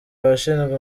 abashinzwe